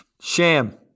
Sham